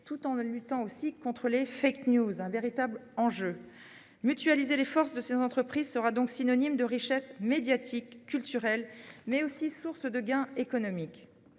tout en luttant contre les, ce qui est un véritable enjeu. Mutualiser les forces de ces entreprises sera donc synonyme de richesse médiatique et culturelle, mais aussi source de gains économiques.